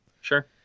Sure